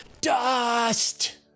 Dust